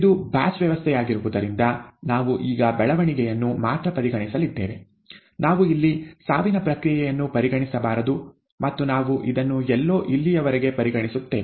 ಇದು ಬ್ಯಾಚ್ ವ್ಯವಸ್ಥೆಯಾಗಿರುವುದರಿಂದ ನಾವು ಈಗ ಬೆಳವಣಿಗೆಯನ್ನು ಮಾತ್ರ ಪರಿಗಣಿಸಲಿದ್ದೇವೆ ನಾವು ಇಲ್ಲಿ ಸಾವಿನ ಪ್ರಕ್ರಿಯೆಯನ್ನು ಪರಿಗಣಿಸಬಾರದು ಮತ್ತು ನಾವು ಇದನ್ನು ಎಲ್ಲೋ ಇಲ್ಲಿಯವರೆಗೆ ಪರಿಗಣಿಸುತ್ತೇವೆ